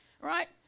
right